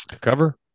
cover